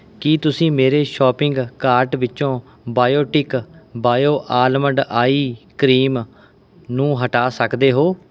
ਕੀ ਤੁਸੀਂ ਮੇਰੇ shopping cart ਵਿੱਚੋਂ Biotique bio almond eye cream ਨੂੰ ਹਟਾ ਸਕਦੇ ਹੋ